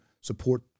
support